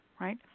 right